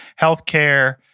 healthcare